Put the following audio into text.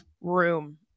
room